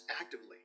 actively